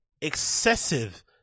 excessive